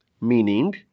meaning